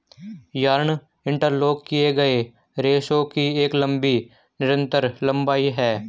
yarn interlock किए गए रेशों की एक लंबी निरंतर लंबाई है